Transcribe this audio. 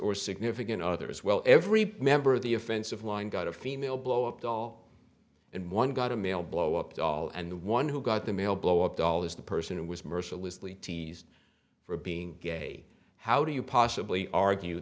or significant others well every member of the offensive line got a female blow up all in one got a male blow up doll and the one who got the male blow up doll is the person who was mercilessly teased for being gay how do you possibly argue